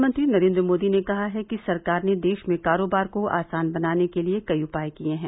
प्रधानमंत्री नरेन्द्र मोदी ने कहा है कि सरकार ने देश में कारोबार को आसान बनाने के लिए कई उपाय किये है